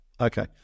okay